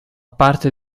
parte